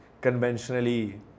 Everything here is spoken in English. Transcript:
conventionally